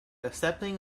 accepting